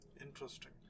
Interesting